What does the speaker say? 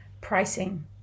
pricing